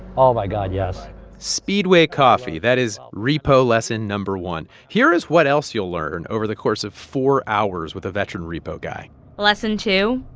oh, my god. yes speedway coffee that is repo lesson no. one. here is what else you'll learn over the course of four hours with a veteran repo guy lesson two,